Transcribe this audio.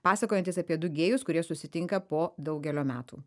pasakojantis apie du gėjus kurie susitinka po daugelio metų